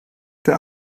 der